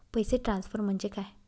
पैसे ट्रान्सफर म्हणजे काय?